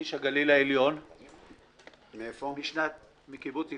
איש הגליל העליון מקיבוץ יפתח.